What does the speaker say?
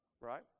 right